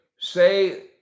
say